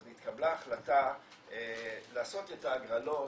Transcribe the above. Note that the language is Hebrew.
אז נתקבלה החלטה לעשות את ההגרלות,